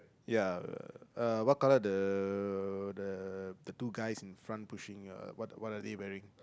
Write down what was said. ya uh what colour the the two guys in front pushing uh what what are they wearing